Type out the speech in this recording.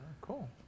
Cool